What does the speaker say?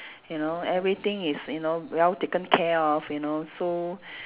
you know everything is you know well taken care of you and also